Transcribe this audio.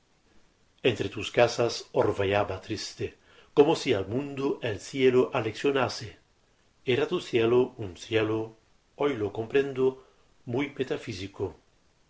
entre tus casas orvallaba triste como si al mundo el cielo aleccionase era tu cielo un cielo hoy lo comprendo muy metafísico